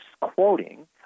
quoting